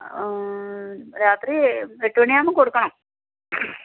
രാത്രി എട്ട് മണിയാകുമ്പോൾ കൊടുക്കണം